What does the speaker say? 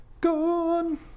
gone